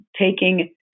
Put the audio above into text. taking